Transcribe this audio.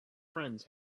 friends